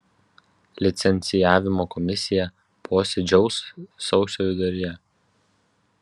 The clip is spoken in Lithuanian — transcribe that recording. licencijavimo komisija posėdžiaus sausio viduryje